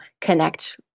connect